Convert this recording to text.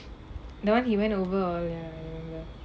the [one] he went over ya I remember